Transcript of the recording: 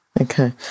Okay